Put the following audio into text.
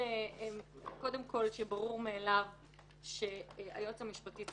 וכך גם היועץ המשפטי,